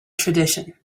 tradition